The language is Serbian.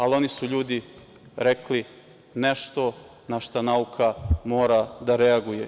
Ali, oni su ljudi rekli nešto na šta nauka mora da reaguje.